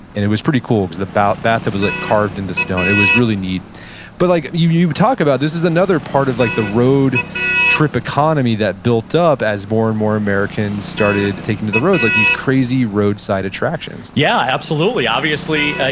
and it was pretty cool, because the bathtub was like carved into stone. it was really neat but like you you talked about this is another part of like the road trip economy that built up as more and more americans started taking to the roads. like these crazy roadside attractions yeah, absolutely. obviously,